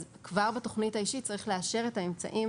אז כבר בתוכנית האישית צריך לאשר את האמצעים